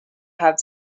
have